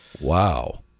wow